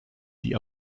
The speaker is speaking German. die